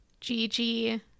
Gigi